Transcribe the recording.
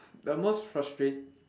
the most frustrate~